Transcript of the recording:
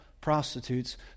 prostitutes